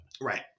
Right